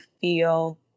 feel